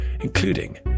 including